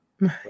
Right